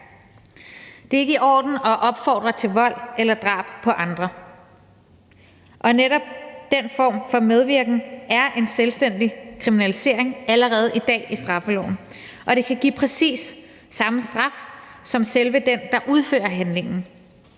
Det er ikke i orden at opfordre til vold eller drab på andre. Og netop den form for medvirken er en selvstændig kriminalisering i straffeloven allerede i dag, og det kan give præcis den samme straf som til den, der udfører selve handlingen.